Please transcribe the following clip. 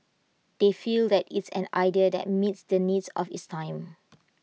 they feel that it's an idea that meets the needs of its time